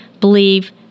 believe